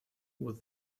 was